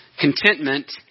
contentment